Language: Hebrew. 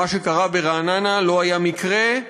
מה שקרה ברעננה לא היה מקרה,